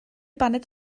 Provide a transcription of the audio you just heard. baned